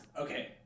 Okay